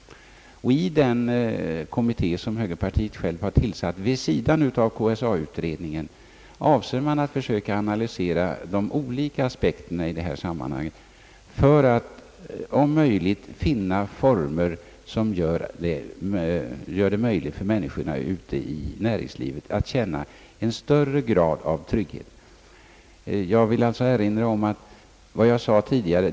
I den kommitté, som högerpartiet har tillsatt vid sidan av KSA-utredningen, avser man att försöka analysera alla de olika aspekterna för att om möjligt finna former som gör att människorna ute i näringslivet kan känna en större grad av trygghet.